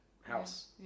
house